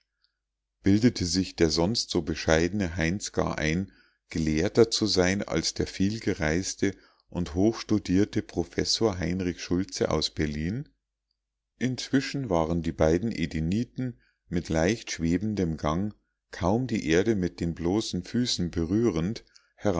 bildete sich der sonst so bescheidene heinz gar ein gelehrter zu sein als der vielgereiste und hochstudierte professor heinrich schultze aus berlin inzwischen waren die beiden edeniten mit leichtschwebendem gang kaum die erde mit den bloßen füßen berührend